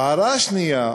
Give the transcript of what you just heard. ההערה השנייה,